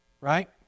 Right